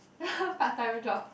part time job